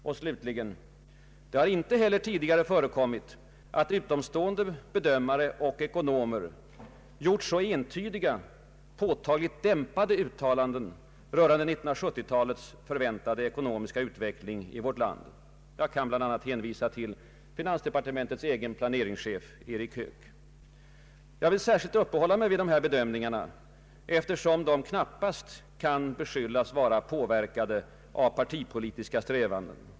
Och slutligen — det har inte heller tidigare förekommit att utomstående bedömare och ekonomer gjort så entydiga påtagligt dämpade uttalanden rörande 1970-talets förväntade ekonomiska ut veckling i vårt land. Jag kan bl.a. hänvisa till finansdepartementets egen planeringschef, Erik Höök. Jag vill särskilt uppehålla mig vid dessa bedömningar, eftersom de knappast kan beskyllas vara påverkade av partipolitiska strävanden.